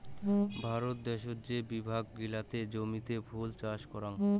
ভারত দ্যাশোত যে বিভাগ গিলাতে জমিতে ফুল চাষ করাং